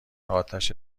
آتش